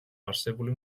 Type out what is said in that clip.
არსებული